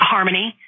Harmony